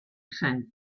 saint